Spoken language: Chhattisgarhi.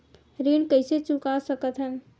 ऋण कइसे चुका सकत हन?